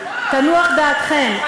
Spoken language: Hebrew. תנוח דעתכם,